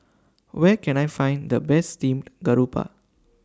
Where Can I Find The Best Steamed Garoupa